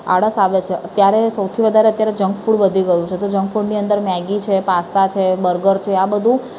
આળસ આવે છે અત્યારે સૌથી વધારે અત્યારે જંક ફૂડ વધી ગયું છે તો જંક ફૂડની અંદર મૅગી છે પાસ્તા છે બર્ગર છે આ બધું